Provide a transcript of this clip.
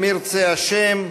אם ירצה השם,